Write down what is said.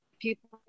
people